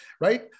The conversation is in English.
right